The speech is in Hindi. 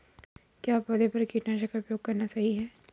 क्या पौधों पर कीटनाशक का उपयोग करना सही है?